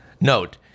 Note